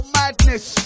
madness